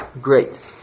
Great